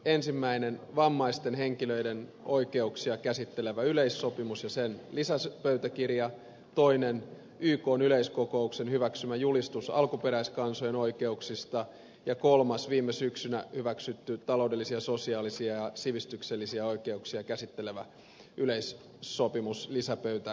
ensimmäinen on vammaisten henkilöiden oikeuksia käsittelevä yleissopimus ja sen lisäpöytäkirja toinen ykn yleiskokouksen hyväksymä julistus alkuperäiskansojen oikeuksista ja kolmas viime syksynä hyväksytty taloudellisia sosiaalisia ja sivistyksellisiä oikeuksia käsittelevä yleissopimus lisäpöytäkirjoineen